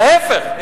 להיפך,